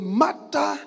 matter